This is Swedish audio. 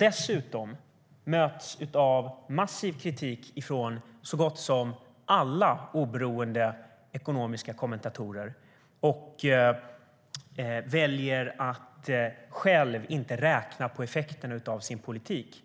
Dessutom möts man av massiv kritik från så gott som alla oberoende ekonomiska kommentatorer men väljer att själv inte räkna på effekten av sin politik.